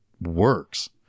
works